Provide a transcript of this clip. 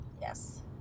Yes